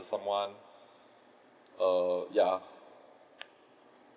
someone err ya